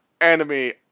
enemy